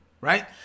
right